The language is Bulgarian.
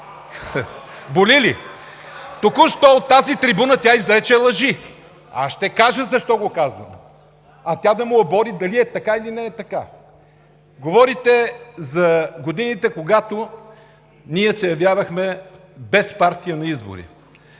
Боли ли?! Току-що от тази трибуна тя изрече лъжи. Аз ще кажа защо го казвам, а тя да ме обори дали е така, или не е така. Говорите за годините, когато ние се явявахме без партия на избори.